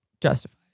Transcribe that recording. justified